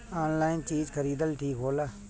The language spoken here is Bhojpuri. आनलाइन चीज खरीदल ठिक होला?